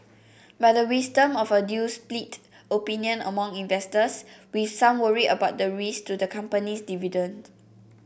but the wisdom of a deal split opinion among investors with some worried about the risk to the company's dividend